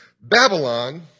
Babylon